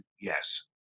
yes